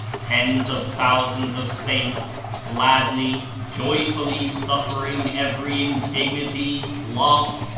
tens of thousands of saints gladly, joyfully suffering every indignity, loss,